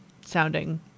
sounding